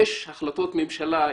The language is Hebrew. יש החלטות ממשלה,